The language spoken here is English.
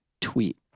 tweet